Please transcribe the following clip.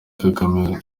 kagame